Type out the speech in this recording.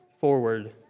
forward